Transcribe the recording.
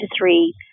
three